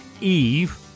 Eve